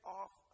off